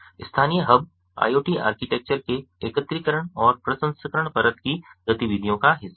स्थानीय hub IoT architecture के एकत्रीकरण और प्रसंस्करण परत की गतिविधियों का हिस्सा है